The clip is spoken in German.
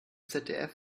zdf